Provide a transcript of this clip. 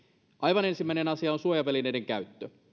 aivan ensimmäinen asia on suojavälineiden käyttö